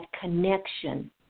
connection